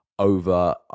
Over